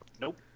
Nope